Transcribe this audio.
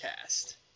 Cast